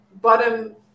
bottom